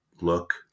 look